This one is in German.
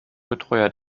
betreuer